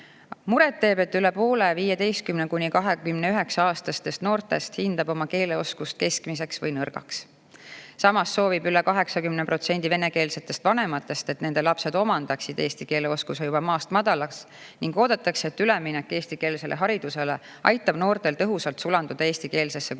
Muret teeb, et üle poole 15–29-aastastest noortest hindab oma keeleoskust keskmiseks või nõrgaks. Samas soovib üle 80% venekeelsetest vanematest, et nende lapsed omandaksid eesti keele oskuse juba maast madalast, ning oodatakse, et üleminek eestikeelsele haridusele aitab noortel tõhusalt sulanduda eestikeelsesse